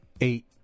Eight